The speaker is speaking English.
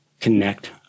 connect